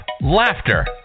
laughter